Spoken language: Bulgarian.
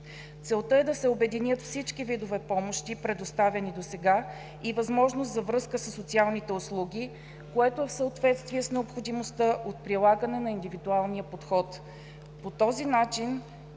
Целта е да се обединят всички видове помощи, предоставени досега, и възможност за връзка със социалните услуги, което е в съответствие с необходимостта от прилагане на индивидуалния подход.